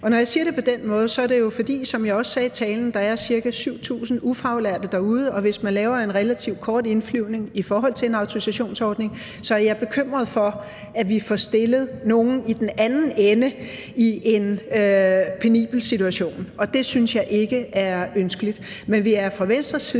Og når jeg siger det på den måde, er det jo, som jeg også sagde i talen, fordi der er ca. 7.000 ufaglærte derude, og hvis man laver en relativt kort indflyvning i forhold til en autorisationsordning, er jeg bekymret for, at vi får stillet nogle i den anden ende i en penibel situation, og det synes jeg ikke er ønskeligt.